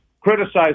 criticized